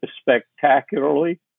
spectacularly